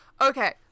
okay